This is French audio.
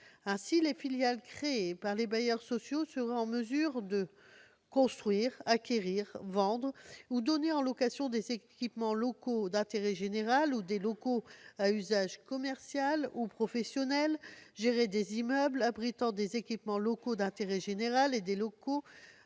handicap. Les filiales créées par les bailleurs sociaux seraient en mesure de construire, acquérir, vendre ou donner en location des équipements locaux d'intérêt général ou des locaux à usage commercial ou professionnel, gérer des immeubles abritant des équipements locaux d'intérêt général et des locaux